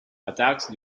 attacks